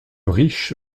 riche